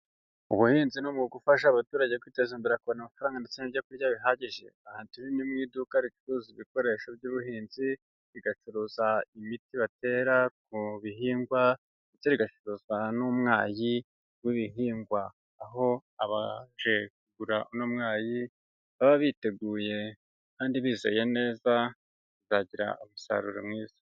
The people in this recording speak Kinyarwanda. Ubuhinzi ni mu gufasha abaturage kwiteza imbere, bakabona amafaranga ndetse n'ibyo kurya bihagije. Aha turi ni mu iduka ricuruza ibikoresho by'ubuhinzi, rigacuruza imiti batera ku bihingwa, ndetse rigacuruza n'umwayi w'ibihingwa, aho abaje kugura uno mwayi, baba biteguye kandi bizeye neza kuzagira umusaruro mwiza.